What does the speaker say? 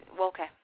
Okay